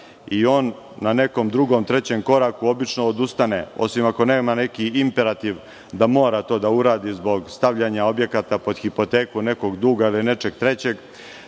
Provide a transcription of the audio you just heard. i on na nekom drugom, trećem koraku obično odustane, osim ako nema neki imperativ da mora to da uradi zbog stavljanja objekata pod hipoteku, nekog duga ili nečeg trećeg. Recimo,